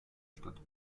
statt